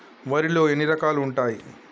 వరిలో ఎన్ని రకాలు ఉంటాయి?